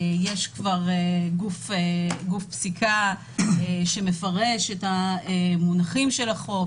יש כבר גוף פסיקה שמפרש את המונחים של החוק,